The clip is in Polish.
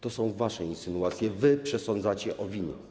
To są wasze insynuacje, wy przesądzacie o winie.